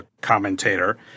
commentator